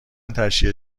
تشییع